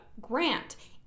grant